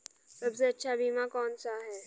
सबसे अच्छा बीमा कौन सा है?